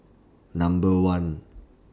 Number one